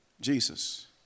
Jesus